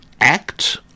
act